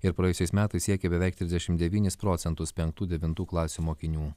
ir praėjusiais metais siekė beveik trisdešimt devynis procentus penktų devintų klasių mokinių